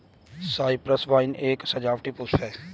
Cyprus vine एक सजावटी पुष्प है